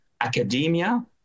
academia